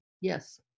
yes